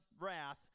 wrath